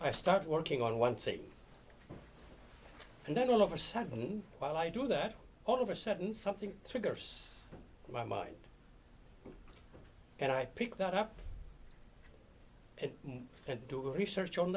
start working on one thing and then all of a sudden while i do that all of a sudden something triggers my mind and i pick that up and do research on